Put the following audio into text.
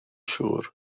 siŵr